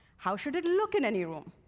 how should it look in any room?